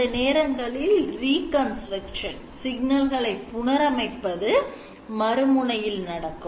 அந்த நேரங்களில் reconstruction சிக்னல்களை புனரமைத்தல் என்பது மறுமுனையில் நடக்கும்